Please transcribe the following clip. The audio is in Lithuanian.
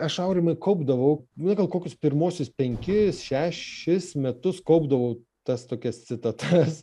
aš aurimai kaupdavau na gal kokius pirmuosius penkis šešis metus kaupdavau tas tokias citatas